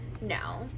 No